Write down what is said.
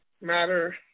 matter